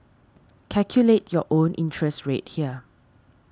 calculate your own interest rate here